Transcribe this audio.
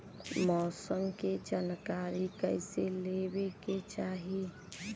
मौसम के जानकारी कईसे लेवे के चाही?